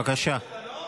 בבקשה.